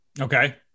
okay